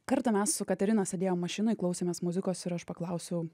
kartą mes su katerina sėdėjom mašinoj klausėmės muzikos ir aš paklausiau